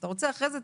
אתה רוצה אחרי זה,